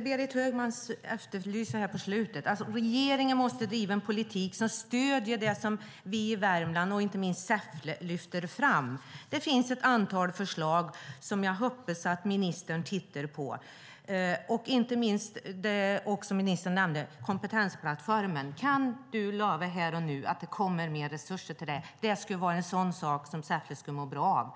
Berit Högman här på slutet efterlyste måste regeringen bedriva en politik som stöder det vi i Värmland, inte minst i Säffle, lyfter fram. Det finns ett antal förslag som jag hoppas att ministern tittar på. Inte minst gäller det, som ministern nämnde, kompetensplattformen. Kan ministern här och nu lova att det kommer mer resurser till den? Det skulle vara en sak som Säffle skulle må bra av.